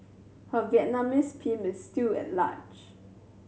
her Vietnamese pimp is still at large